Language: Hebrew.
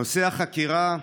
נושא החקירה: